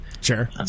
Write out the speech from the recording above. Sure